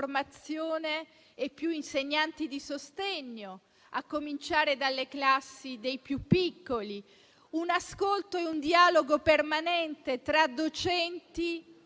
e più insegnanti di sostegno, a cominciare dalle classi dei più piccoli; un ascolto e un dialogo permanente tra docenti e